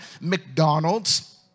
McDonald's